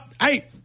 hey